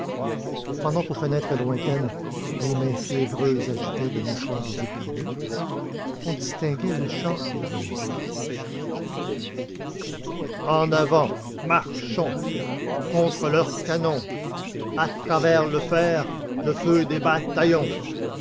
pendant qu'aux fenêtres lointaines des mains fiévreuses agitaient de mouchoirs éperdus on distinguait le chant héroïque en avant marchons contre leurs canons à travers le fer le feu des bataillons